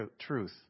truth